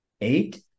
eight